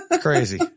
crazy